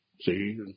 see